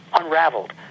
unraveled